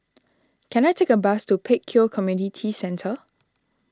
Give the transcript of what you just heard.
can I take a bus to Pek Kio Community Centre